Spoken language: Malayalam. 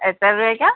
എത്ര രൂപക്കാണ്